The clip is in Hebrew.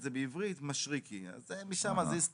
22 בפברואר 2023. נושא הדיון